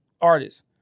artists